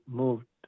moved